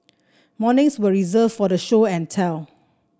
mornings were reserved for show and tell